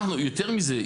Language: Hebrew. יותר מזה,